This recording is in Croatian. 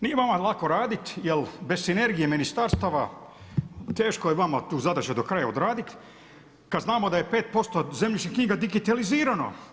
Nije vama lako radit jel bez sinergije ministarstava teško je vama tu zadaću do kraja odraditi kada znamo da je 5% zemljišnih knjiga digitalizirano.